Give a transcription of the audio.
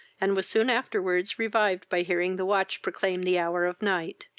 and was soon afterwards revived by hearing the watch proclaim the hour of night.